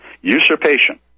usurpation